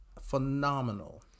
phenomenal